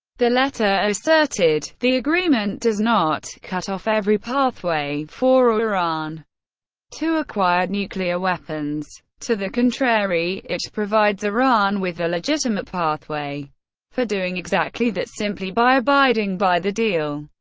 the letter asserted the agreement does not cut off every pathway for iran to acquire nuclear weapons. to the contrary, it provides iran with a legitimate pathway for doing exactly that simply by abiding by the deal.